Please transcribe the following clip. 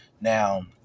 Now